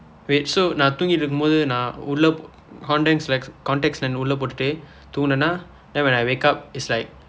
wait so நான் தூங்கிகிட்டு இருக்கும்போது நான் உள்ள:naan thuungkikitdu irukkumpoothu naan ulla contacts lens contact lens உள்ள போட்டுட்டு தூங்கினேன்னா:ulla potdutdu thuungkineennaa then when I wake up is like